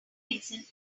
reason